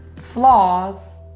flaws